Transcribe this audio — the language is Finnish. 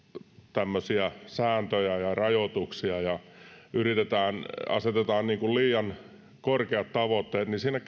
tämmöisiä sääntöjä ja ja rajoituksia ja asetetaan liian korkeat tavoitteet niin siinä